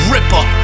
Ripper